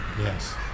Yes